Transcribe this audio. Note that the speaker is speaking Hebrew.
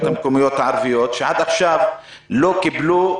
המקומיות הערביות שעד עכשיו לא קיבלו